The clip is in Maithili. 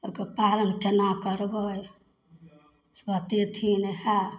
एकर पार हम केना करबै ओकरा पेट छियै नशा